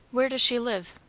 where does she live?